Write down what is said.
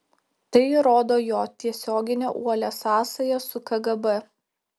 tai įrodo jo tiesioginę uolią sąsają su kgb